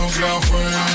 girlfriend